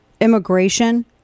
immigration